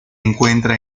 encuentra